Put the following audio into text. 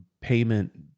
payment